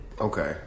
Okay